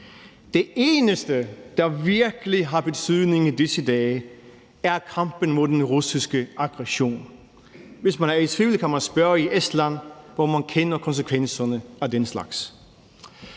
Det eneste, der virkelig har betydning i disse dage, er kampen imod den russiske aggression. Hvis man er i tvivl, kan man spørge i Estland, hvor man kender konsekvenserne af den slags.